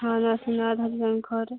ହଁ ନୃସିଙ୍ଗନାଥ